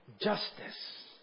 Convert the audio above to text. justice